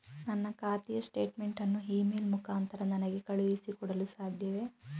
ನನ್ನ ಖಾತೆಯ ಸ್ಟೇಟ್ಮೆಂಟ್ ಅನ್ನು ಇ ಮೇಲ್ ಮುಖಾಂತರ ನನಗೆ ಕಳುಹಿಸಿ ಕೊಡಲು ಸಾಧ್ಯವೇ?